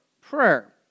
prayer